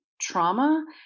trauma